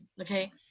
okay